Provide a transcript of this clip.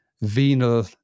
venal